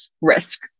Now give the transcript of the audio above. risk